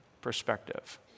perspective